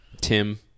Tim